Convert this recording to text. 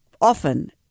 often